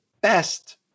best